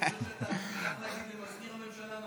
צריך להגיד למזכיר הממשלה,